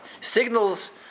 signals